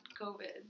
covid